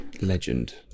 Legend